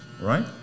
Right